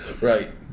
Right